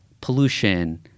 pollution